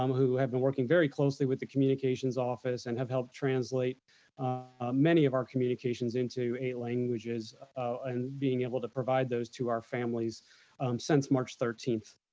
um who have been working very closely with the communications office and have helped translate many of our communications into eight languages and being able to provide those to our families since march thirteenth.